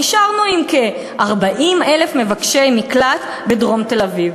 נשארנו עם כ-40,000 מבקשי מקלט בדרום תל-אביב.